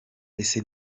ese